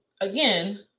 again